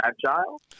fragile